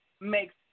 makes